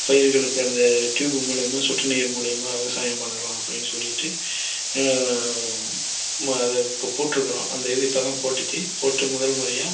பயிர்களுக்கு அந்த டியூப் மூலியமாக சொட்டு நீர் மூலியமாக விவசாயம் பண்ணலாம் அப்படின்னு சொல்லிவிட்டு அதை இப்போ போட்டுருக்கிறோம் அந்த இது இப்போது தான் போட்டுச்சு போட்டு முதல் முறையாக